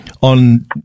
on